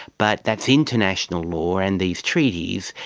but that's international law and these treaties,